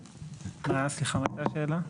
סליחה, מה הייתה השאלה?